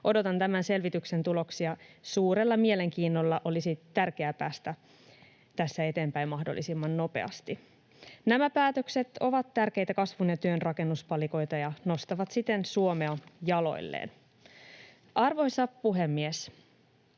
Odotan tämän selvityksen tuloksia suurella mielenkiinnolla. Olisi tärkeää päästä tässä eteenpäin mahdollisimman nopeasti. Nämä päätökset ovat tärkeitä kasvun ja työn rakennuspalikoita ja nostavat siten Suomea jaloilleen. Arvoisa puhemies!